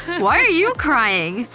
why are you crying!